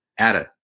Ada